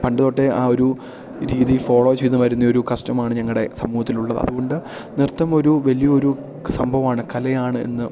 പണ്ട് തൊട്ടേ ആ ഒരു രീതി ഫോളോ ചെയ്ത് വരുന്ന ഒരു കസ്റ്റമാണ് ഞങ്ങളുടെ സമൂഹത്തിലുള്ളത് അതുകൊണ്ട് നൃത്തം ഒരു വലിയൊരു സംഭവമാണ് കലയാണ് എന്ന്